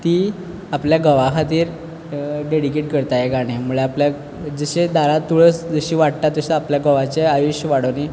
ती आपल्या घोवा खातीर डेडीकेट करता हें गाणें म्हणल्या आपल्या जशें भायर तुळस जशी वाडटा तशी आपल्या घोवाचें आयुश्य वाडोनी